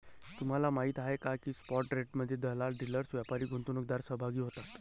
तुम्हाला माहीत आहे का की स्पॉट ट्रेडमध्ये दलाल, डीलर्स, व्यापारी, गुंतवणूकदार सहभागी होतात